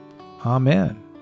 Amen